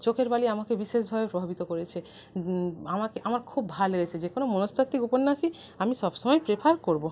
চোখের বালি আমাকে বিশেষভাবে প্রভাবিত করেছে আমাকে আমার খুব ভাল লেগেছে যে কোনও মনস্তাত্ত্বিক উপন্যাসই আমি সবসময় প্রেফার করবো